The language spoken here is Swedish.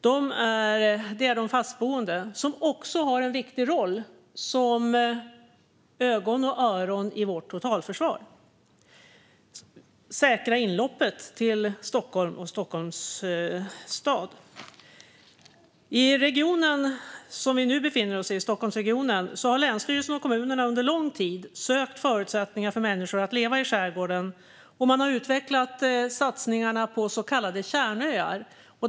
Det är de fastboende som också har en viktig roll som ögon och öron i vårt totalförsvar - säkra inloppet till Stockholm och Stockholms stad. I Stockholmsregionen, som vi nu befinner oss i, har länsstyrelsen och kommunerna under lång tid sökt förutsättningar för människor att leva i skärgården. Och man har utvecklat satsningarna på så kallade kärnöar.